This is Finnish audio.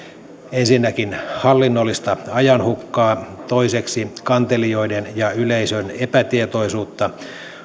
ensinnäkin hallinnollista ajanhukkaa toiseksi kantelijoiden ja yleisön epätietoisuutta